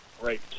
great